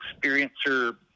experiencer